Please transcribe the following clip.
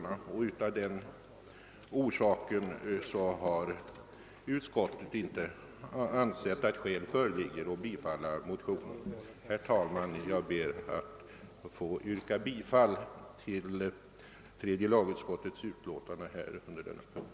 Av den orsaken har utskottet inte ansett att skäl föreligger att bifalla motionen, och jag ber, herr talman, att få yrka bifall till tredje lagutskottets hemställan under denna punkt.